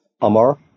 Amar